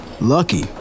Lucky